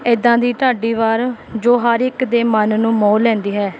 ਇੱਦਾਂ ਦੀ ਢਾਡੀ ਵਾਰ ਜੋ ਹਰ ਇੱਕ ਦੇ ਮਨ ਨੂੰ ਮੋਹ ਲੈਂਦੀ ਹੈ